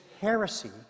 heresy